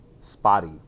Spotty